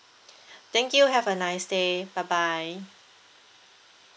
thank you have a nice day bye bye